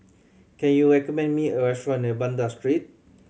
can you recommend me a restaurant near Banda Street